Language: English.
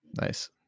nice